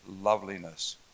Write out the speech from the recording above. loveliness